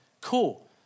Cool